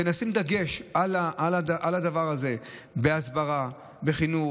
כדי לשים דגש על הדבר הזה בהסברה, בחינוך,